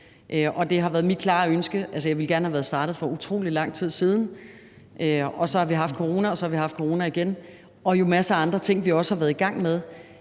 det har været mit klare ønske – men så har vi haft corona, og så har vi haft corona igen, og jo masser af andre ting, vi også har været i gang med.